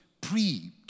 pre